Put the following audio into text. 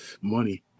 Money